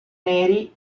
neri